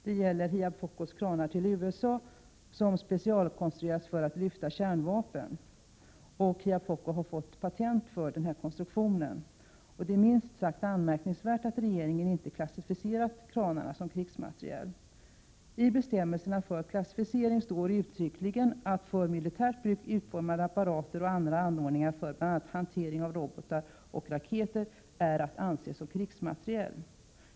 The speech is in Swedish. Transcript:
Det gäller HIAB-FOCO:s kranar till USA, vilka har specialkonstruerats för att lyfta kärnvapen. HIAB-FOCO har fått patent för denna konstruktion. Det är minst sagt anmärkningsvärt att regeringen inte har klassificerat kranarna som krigsmateriel. I bestämmelserna för klassificering står uttryckligen att för militärt bruk utformade apparater och andra anordningar för bl.a. hantering av robotar och raketer är att anse som krigsmateriel.